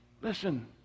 Listen